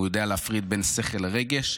הוא יודע להפריד בין שכל לרגש,